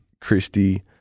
Christy